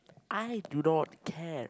I do not care